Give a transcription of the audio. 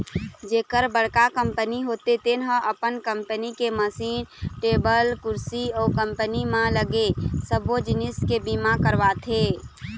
जेखर बड़का कंपनी होथे तेन ह अपन कंपनी के मसीन, टेबुल कुरसी अउ कंपनी म लगे सबो जिनिस के बीमा करवाथे